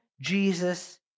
Jesus